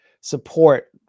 support